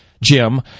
Jim